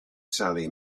sally